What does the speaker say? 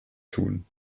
tun